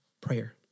Prayer